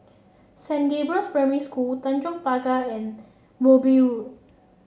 Saint Gabriel's Primary School Tanjong Pagar and Wilby Road